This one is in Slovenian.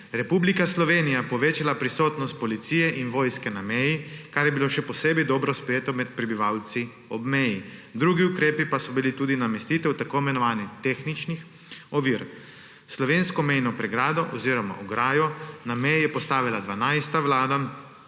Republika Slovenija je povečala prisotnost policije in vojske na meji, kar je bilo še posebej dobro sprejeto med prebivalci ob meji, drugi ukrepi pa so bili tudi namestitev tako imenovanih tehničnih ovir. Slovensko mejno pregrado oziroma ograjo na meji je postavila dvanajsta